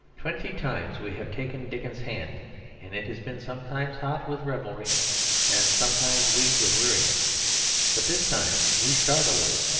twenty times we have taken dickens's hand and it has been sometimes hot with revelry and sometimes weak with weariness but this time we start a little,